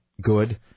good